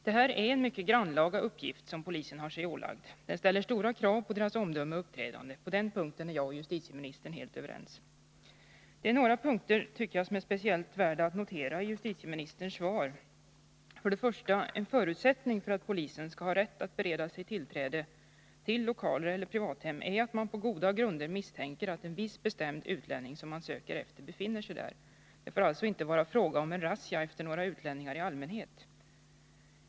Det här är en mycket grannlaga uppgift som polisen har sig ålagd. Den ställer stora krav på polisens omdöme och uppträdande. I det avseendet är jag och justitieministern helt överens. Några punkter i justitieministerns svar är speciellt värda att notera. För det första: en förutsättning för att polisen skall ha rätt att bereda sig tillträde till lokaler eller privathem är att man på goda grunder misstänker att en viss utlänning som man söker efter befinner sig där. Det får alltså inte vara fråga om razzior efter utlänningar i allmänhet.